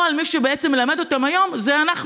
בפועל מי שבעצם מלמד אותם היום זה אנחנו,